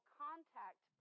contact